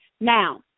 Now